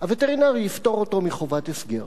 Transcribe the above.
הווטרינר יפטור אותו מחובת הסגר.